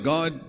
God